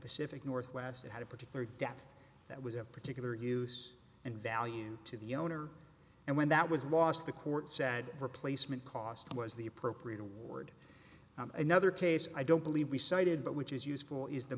pacific northwest it had a particular depth that was of particular use and value to the owner and when that was lost the court said replacement cost was the appropriate award another case i don't believe we cited but which is useful is the